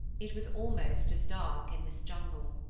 it was almost as dark in this jungle.